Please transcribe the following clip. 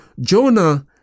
Jonah